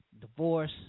divorce